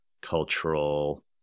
cultural